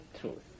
truth